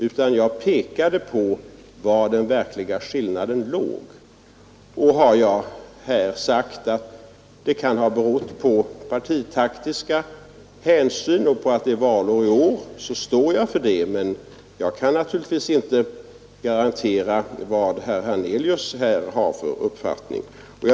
Om jag har sagt att detta kan ha berott på partitaktiska hänsyn och på att det är valår står jag för det, men jag kan naturligtvis inte garantera vad herr Hernelius har för uppfattning.